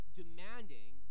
demanding